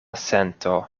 sento